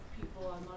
people